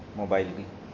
mobile کی